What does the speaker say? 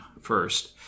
first